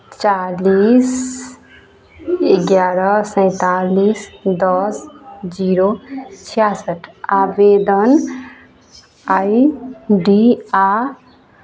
चालीस एगारह सैंतालिस दस जीरो छियासठि आवेदन आई डी आ